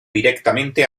directamente